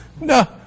No